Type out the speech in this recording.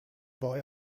boy